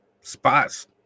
spots